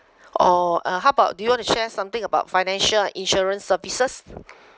or uh how about do you want to share something about financial and insurance services